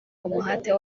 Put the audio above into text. umuhate